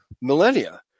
millennia